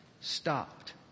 stopped